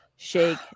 shake